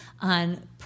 on